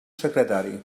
secretari